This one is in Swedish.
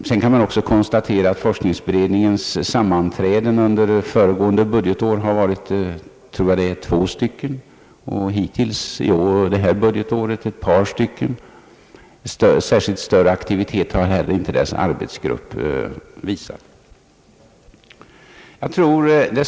Man kan också konstatera att forskningsberedningens sammanträden under föregående budgetår bara var två stycken, och hittills detta budgetår har man haft ett par stycken. Någon större aktivitet har inte heller deras arbetsgrupp visat.